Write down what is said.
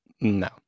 No